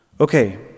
Okay